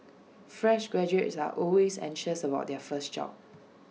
fresh graduates are always anxious about their first job